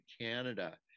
Canada